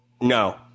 No